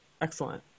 Excellent